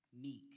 meek